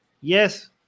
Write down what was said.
Yes